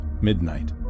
midnight